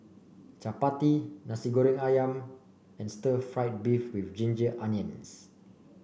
Chappati Nasi Goreng ayam and Stir Fried Beef with Ginger Onions